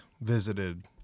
visited